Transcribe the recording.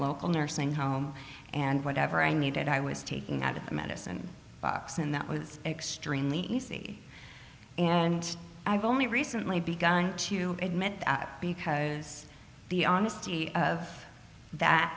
local nursing home and whatever i needed i was taking out of the medicine box and that was extremely easy and i've only recently begun to admit because the honesty of that